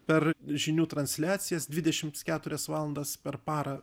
per žinių transliacijas dvidešims keturias valandas per parą